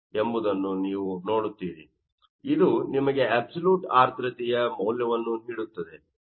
ಆದ್ದರಿಂದ ಇದು ನಿಮಗೆ ಅಬ್ಸಲ್ಯೂಟ್ ಆರ್ದ್ರತೆಯ ಮೌಲ್ಯವನ್ನು ನೀಡುತ್ತದೆ